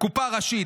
קופה ראשית,